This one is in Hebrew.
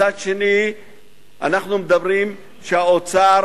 מצד שני אנחנו אומרים שהאוצר